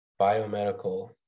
Biomedical